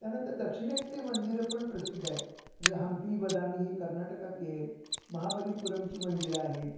त्यानंतर दक्षिणेतले मंदिरं पण प्रसिद्ध आहेत म्हणजे हंपी बदामी ही कर्नाटकातली आहेत महाबलीपुरमची मंदिरं आहेत